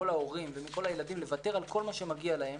ההורים ומכל הילדים לוותר על כל מה שמגיע להם